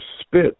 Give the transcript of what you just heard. spit